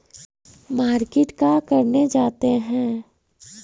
Market का करने जाते हैं?